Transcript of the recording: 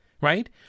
Right